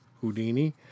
Houdini